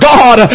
God